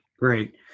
great